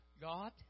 God